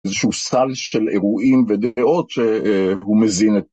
איזשהו סל של אירועים ודעות שהוא מזין את...